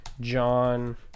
John